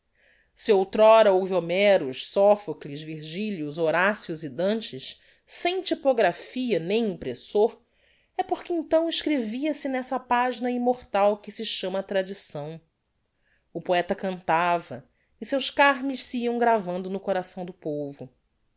si outr'ora houve homeros sophocles virgilios horacios e dantes sem typographia nem impressor é porque então escrevia se nessa pagina immortal que se chama a tradicção o poeta cantava e seus carmes se iam gravando no coração do povo